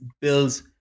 builds